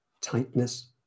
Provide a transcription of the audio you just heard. Tightness